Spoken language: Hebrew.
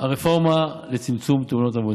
הרפורמה לצמצום תאונות עבודה,